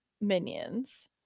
Minions